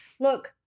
Look